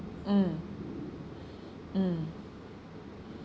mm mm